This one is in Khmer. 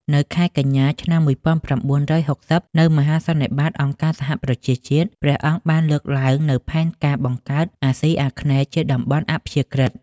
នៅខែកញ្ញា ឆ្នាំ១៩៦០ នៅមហាសន្និបាតអង្គការសហប្រជាជាតិ ព្រះអង្គបានលើកឡើងនូវផែនការបង្កើតអាស៊ីអាគ្នេយ៍ជាតំបន់អព្យាក្រឹត។